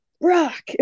rock